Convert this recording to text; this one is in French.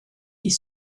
est